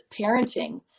parenting